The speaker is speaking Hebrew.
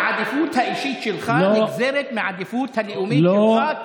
העדיפות האישית שלך נגזרת מהעדיפות הלאומית שלך,